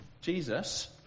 jesus